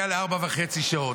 ועדת הכספים של הציבור שלך.